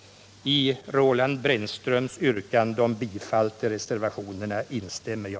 Jag instämmer i Roland Brännströms yrkande om bifall till reservationerna.